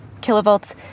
Kilovolts